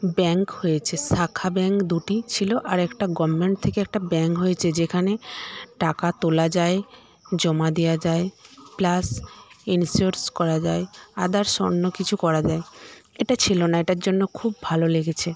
bank হয়েছে শাখা bank দুটি ছিল আরেকটা গভর্নমেন্ট থেকে একটা ব্যাংক হয়েছে যেখানে টাকা তোলা যায় জমা দেওয়া যায় প্লাস ইন্স্যুরেন্স করা যায় আদার্স অন্য কিছু করা যায় এটা ছিলো না এটার জন্য খুব ভালো লেগেছে